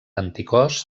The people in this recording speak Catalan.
anticòs